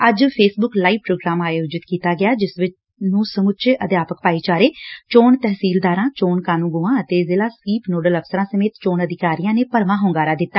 ਅੱਜ Facebook live programme ਆਯੋਜਿਤ ਕੀਤਾ ਗਿਆ ਜਿਸ ਨੂੰ ਸਮੁੱਚੇ ਅਧਿਆਪਕ ਭਾਈਚਾਰੇ ਚੋਣ ਤਹਿਸੀਲਦਾਰਾਂ ਚੋਣ ਕਾਨੰਗੋਆ ਅਤੇ ਜ਼ਿਲਾ ਸਵੀਪ ਨੋਡਲ ਅਫ਼ਸਰਾਂ ਸਮੇਤ ਚੋਣ ਅਧਿਕਾਰੀਆਂ ਨੇ ਭਰਵਾਂ ਹੁੰਗਾਰਾ ਦਿੱਤਾ